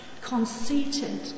conceited